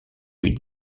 lui